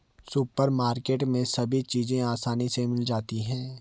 supermarket में सभी चीज़ें आसानी से मिल जाती है